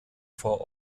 vor